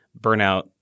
burnout